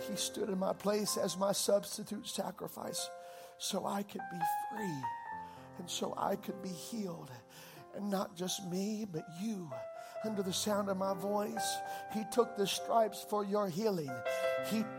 He stood in my place as my substitute sacrifice so I could be free and so I could be healed. And not just me, but you. Under the sound of my voice, he took the stripes for your healing. He